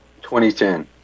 2010